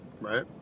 right